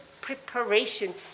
preparation